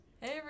hey